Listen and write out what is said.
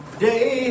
day